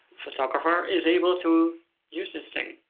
photographer, is able to use this thing.